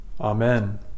Amen